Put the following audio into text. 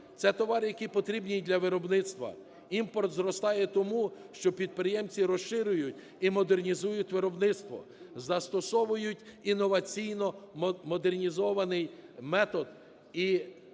Це товари, які потрібні і для виробництва. Імпорт зростає тому, що підприємці розширюють і модернізують виробництво, застосовують інноваційно-модернізований метод.